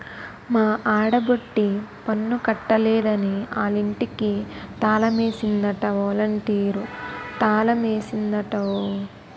మా ఆడబొట్టి పన్ను కట్టలేదని ఆలింటికి తాలమేసిందట ఒలంటీరు తాలమేసిందట ఓ